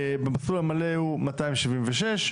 במסלול המלא זה מאתיים שבעים ושש,